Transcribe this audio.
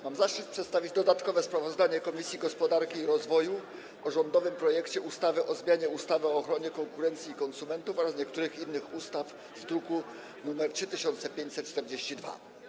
Mam zaszczyt przedstawić dodatkowe sprawozdanie Komisji Gospodarki i Rozwoju dotyczące rządowego projektu ustawy o zmianie ustawy o ochronie konkurencji i konsumentów oraz niektórych innych ustaw z druku nr 3542.